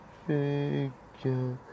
figure